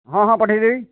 ହଁ ହଁ ପଠେଇ ଦେବି